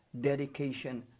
dedication